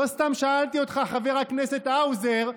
לא סתם שאלתי אותך חבר הכנסת האוזר,